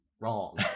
wrong